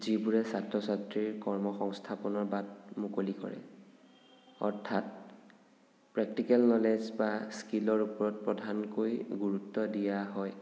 যিবোৰে ছাত্ৰ ছাত্ৰীৰ কৰ্ম সংস্থাপনৰ বাট মুকলি কৰে অৰ্থাৎ প্ৰেক্টিকেল ন'লেজ বা স্কিলৰ ওপৰত প্ৰধানকৈ গুৰুত্ব দিয়া হয়